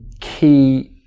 key